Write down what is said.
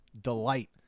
delight